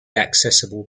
accessible